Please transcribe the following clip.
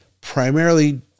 primarily